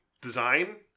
design